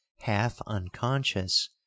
half-unconscious